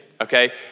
okay